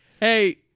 Hey